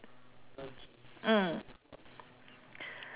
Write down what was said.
mm